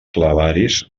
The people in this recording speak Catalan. clavaris